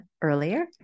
earlier